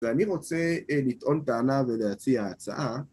ואני רוצה לטעון טענה ולהציע הצעה